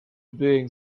being